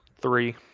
Three